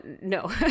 no